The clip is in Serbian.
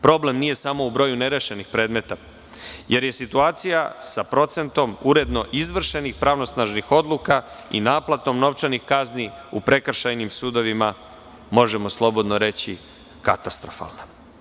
Problem nije samo u broju nerešenih predmeta, jer je situacija sa procentom uredno izvršenih pravosnažnih odluka i naplatom novčanih kazni u prekršajnim sudovima, možemo slobodno reći, katastrofalna.